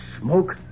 smoke